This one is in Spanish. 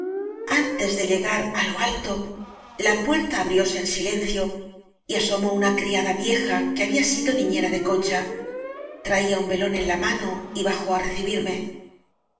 antes de llegar á lo alto la puerta abrióse en silencio y asomó una criada vieja que había sido niñera de concha traía un velón en la mano y bajó á recibirme